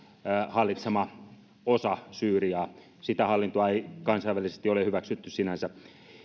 hallitsema osa syyriaa sitä hallintoa ei kansainvälisesti ole hyväksytty sinänsä